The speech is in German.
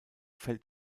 fällt